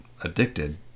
addicted